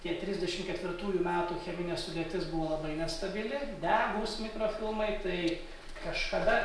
tie trisdešimt ketvirtųjų metų cheminė sudėtis buvo labai nestabili degūs mikrofilmai tai kažkada